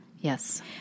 Yes